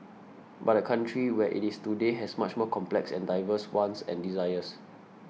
but the country where it is today has much more complex and diverse wants and desires